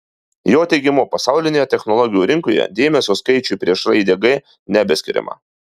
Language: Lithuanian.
jo teigimu pasaulinėje technologijų rinkoje dėmesio skaičiui prieš raidę g nebeskiriama